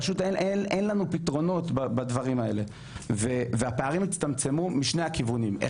פשוט אין לנו פתרונות בדברים האלה והפערים הצטמצמו משני הכיוונים,